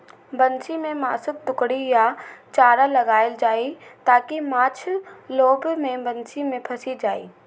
बंसी मे मासुक टुकड़ी या चारा लगाएल जाइ, ताकि माछ लोभ मे बंसी मे फंसि जाए